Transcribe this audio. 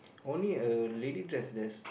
only a lady dress this